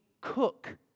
cook